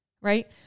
right